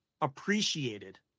appreciated